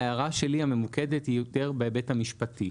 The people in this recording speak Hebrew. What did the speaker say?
ההערה שלי הממוקדת היא יותר בהיבט המשפטי.